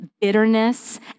bitterness